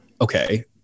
okay